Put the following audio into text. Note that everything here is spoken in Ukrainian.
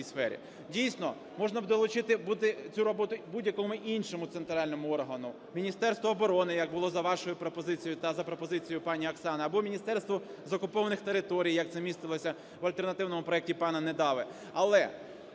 Дійсно, можна б доручити цю роботу будь-якому іншому центральному органу: Міністерству оборони, як було за вашою пропозицією та за пропозицією пані Оксани, або Міністерству з окупованих територій, як це містилося в альтернативному проекті пана Недави.